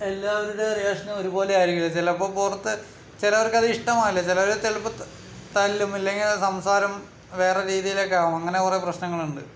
എല്ലാവരുടെ റിയാക്ഷൻ ഒരുപോലെ ആയിരിക്കില്ല ചിലപ്പോൾ പുറത്ത് ചിലർക്ക് അത് ഇഷ്ടമാവില്ല ചിലർ ചിലപ്പോൾ തല്ലും അല്ലെങ്കിൽ സംസാരം വേറെ രീതിയിലൊക്കെയാകും അങ്ങനെ കുറെ പ്രശ്നങ്ങളുണ്ട്